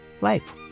Life